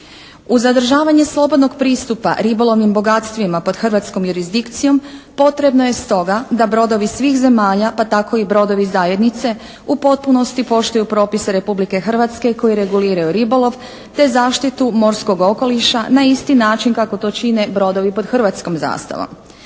U zadržavanje slobodnog pristupa ribolovnim bogatstvima pod hrvatskom jurisdikcijom potrebno je stoga da brodovi svih zemalja pa tako i brodovi zajednice u potpunosti poštuju propise Republike Hrvatske koji reguliraju ribolov, te zaštitu morskog okoliša na isti način kako to čine brodovi pod hrvatskom zastavom.